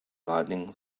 lighting